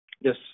Yes